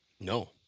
No